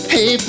Hey